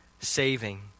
saving